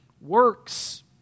works